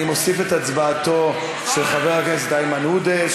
אני מוסיף את הצבעתו של חבר הכנסת איימן עודה,